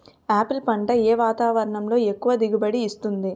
Apple పంట ఏ వాతావరణంలో ఎక్కువ దిగుబడి ఇస్తుంది?